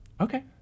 Okay